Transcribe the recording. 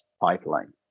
pipeline